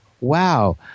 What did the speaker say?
wow